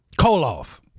Koloff